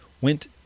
went